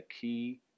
key